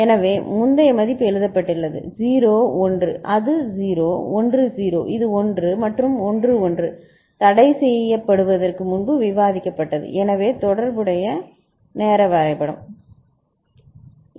எனவே முந்தைய மதிப்பு எழுதப்பட்டுள்ளது 0 1 அது 0 1 0 இது 1 மற்றும் 1 1 தடைசெய்யப்படுவதற்கு முன்பு விவாதிக்கப்பட்டது எனவே தொடர்புடைய நேர வரைபடம் சரி